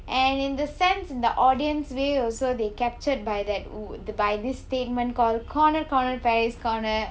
and in the sense in the audience view also they captured by that by this statement called corner corner ties corner